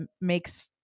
makes